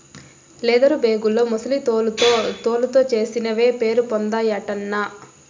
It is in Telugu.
లెదరు బేగుల్లో ముసలి తోలుతో చేసినవే పేరుపొందాయటన్నా